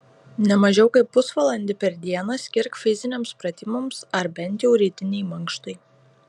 ne mažiau kaip pusvalandį per dieną skirk fiziniams pratimams ar bent jau rytinei mankštai